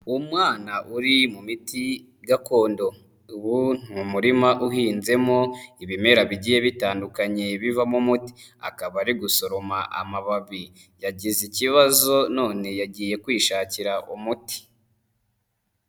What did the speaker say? Umwana uri mu miti gakondo, uwo ni umurima uhinzemo ibimera bigiye bitandukanye bivamo umuti, akaba ari gusoroma amababi yagize ikibazo none yagiye kwishakira umuti.